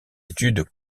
études